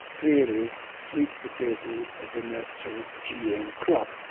clearly sweet potato is a natural gm crop.